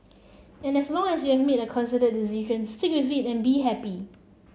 and as long as you have made a considered decision stick with it and be happy